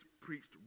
preached